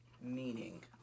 Meaning